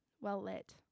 well-lit